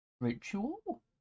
Ritual